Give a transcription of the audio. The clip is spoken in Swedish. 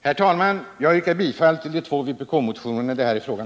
Herr talman! Jag yrkar bifall till de två vpk-motioner som det här är fråga om.